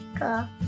Cool